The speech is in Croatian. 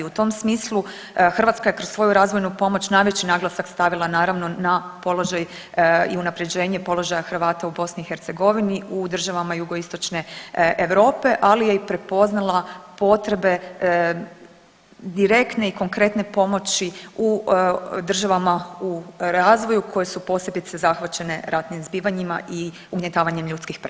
U tom smislu Hrvatska je kroz svoju razvojnu pomoć najveći naglasak stavila naravno na položaj i unapređenje položaja Hrvata u BiH u državama jugoistočne Europe, ali je i prepoznala potrebe direktne i konkretne pomoći u državama u razvoju koje su posebice zahvaćene ratnim zbivanjima i ugnjetavanjem ljudskih prava,